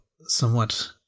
somewhat